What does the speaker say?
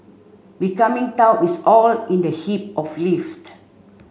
becoming taut is all in the hip of lift